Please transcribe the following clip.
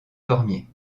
cormier